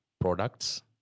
products